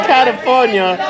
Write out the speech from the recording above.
California